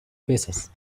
pesas